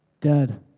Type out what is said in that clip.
dead